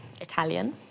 Italian